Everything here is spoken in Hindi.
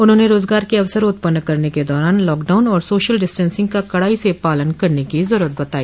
उन्होंन रोजगार के अवसर उत्पन्न करने के दौरान लॉकडाउन और सोशल डिस्टेंसिंग का कड़ाई से पालन करने की जरूरत बताई